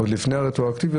עוד לפני הרטרואקטיביות,